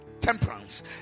temperance